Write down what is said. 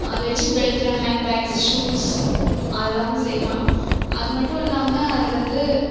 அதை வச்சு belt bags shoes அதெல்லாமும் செய்யலாம் அது மட்டும் இல்லாமல் அது வந்து